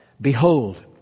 behold